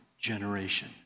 generation